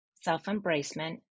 self-embracement